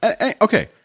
Okay